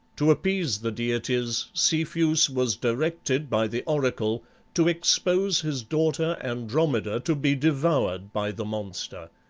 to appease the deities, cepheus was directed by the oracle to expose his daughter andromeda to be devoured by the monster.